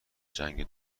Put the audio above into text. جنگ